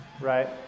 right